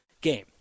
game